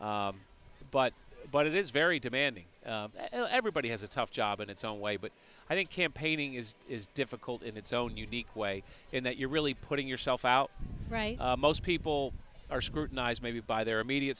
but but it is very demanding everybody has a tough job in its own way but i think campaigning is is difficult in its own unique way in that you're really putting yourself out right most people are scrutinized maybe by their immediate